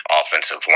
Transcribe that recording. offensive